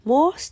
More